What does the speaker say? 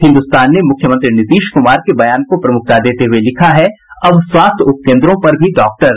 हिन्दुस्तान ने मुख्यमंत्री नीतीश कुमार के बयान को प्रमुखता देते हुये लिखा है अब स्वास्थ्य उपकेन्द्रों पर भी डॉक्टर